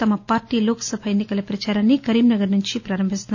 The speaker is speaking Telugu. తమ పార్టీ లోక్ సభ ఎన్ని కల ప్రచారాన్ని కరీంనగర్ నుంచి ప్రారంభిస్తున్నారు